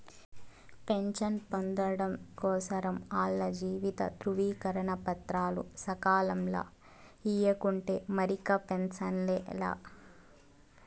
pension పొందడం కోసరం ఆల్ల జీవిత ధృవీకరన పత్రాలు సకాలంల ఇయ్యకుంటే మరిక పెన్సనే లా